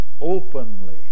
openly